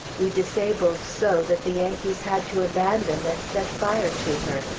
we disabled so that the yankees had to abandon and set fire to her,